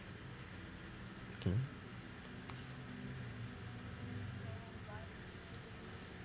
okay